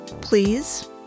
please